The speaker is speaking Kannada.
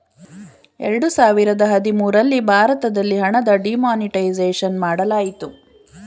ಎರಡು ಸಾವಿರದ ಹದಿಮೂರಲ್ಲಿ ಭಾರತದಲ್ಲಿ ಹಣದ ಡಿಮಾನಿಟೈಸೇಷನ್ ಮಾಡಲಾಯಿತು